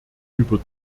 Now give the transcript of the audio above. über